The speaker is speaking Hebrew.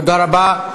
תודה רבה.